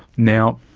now,